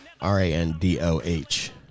R-A-N-D-O-H